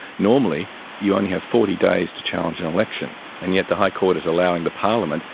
normally you only have forty days to challenge an election, and yet the high court is allowing the parliament,